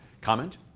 Comment